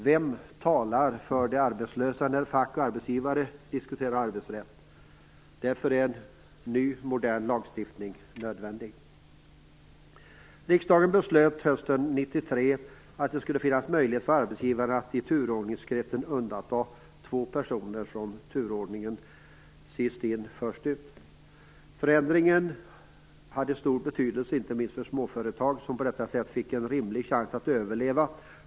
Vem talar för de arbetslösa när fack och arbetsgivare diskuterar arbetsrätt? En ny, modern, lagstiftning är nödvändig. Riksdagen beslutade hösten 1993 att det skulle finnas möjlighet för arbetsgivarna att undanta två personer från turordningen sist in, först ut. Förändringen hade stor betydelse inte minst för småföretag, som på detta sätt fick en chans att överleva.